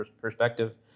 perspective